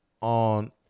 on